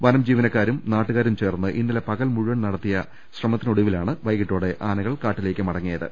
വനം ജീവനക്കാരും നാട്ടുകാരും ചേർന്ന് ഇന്നലെ പകൽ മുഴുവൻ നട ത്തിയ പരിശ്രമത്തിനൊടുവിലാണ് വൈകീട്ടോടെ ആനകൾ കാട്ടി ലേക്കു മടങ്ങിയത്